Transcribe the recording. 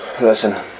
Listen